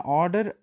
order